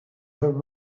her